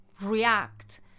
react